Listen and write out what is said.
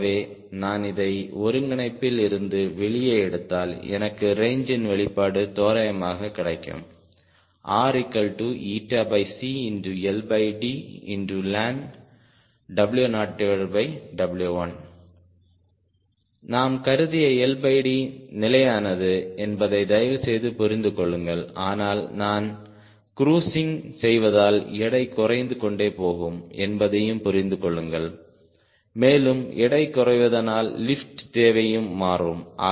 ஆகவே நான் இதை ஒருங்கிணைப்பில் இருந்து வெளியே எடுத்தால் எனக்கு ரேஞ்சின் வெளிப்பாடு தோராயமாக கிடைக்கும் RlnW0W1 நாம் கருதிய LD நிலையானது என்பதை தயவுசெய்து புரிந்துகொள்ளுங்கள் ஆனால் நான் க்ரூசிங் செய்வதால் எடை குறைந்து கொண்டே போகும் என்பதையும் புரிந்துகொள்ளுங்கள் மேலும் எடை குறைவதனால் லிப்ட் தேவையும் மாறும்